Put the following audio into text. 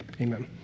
Amen